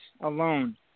alone